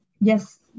yes